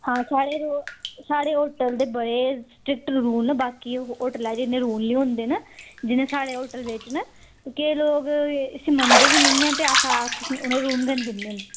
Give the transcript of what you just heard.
हां साढ़े साढ़े होटल दे बड़े स्ट्रिक्ट रूल न बाकी होटलें च इन्ने रूल नि होंदे न जिन्ने साढ़े होटल बिच्च न केईं लोक इसी मन्नदे बी नेईं हैन ते इसी अस अक्ख उनेंई रूम गै नी दिंदे हैन